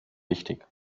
wichtig